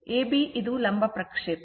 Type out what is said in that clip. AB ಇದು ಲಂಬ ಪ್ರಕ್ಷೇಪಣ